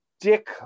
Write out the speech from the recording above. Dick